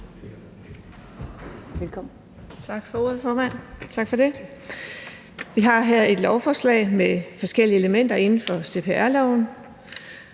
Velkommen.